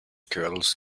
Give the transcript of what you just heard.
curls